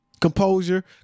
Composure